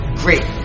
great